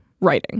writing